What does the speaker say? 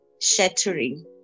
shattering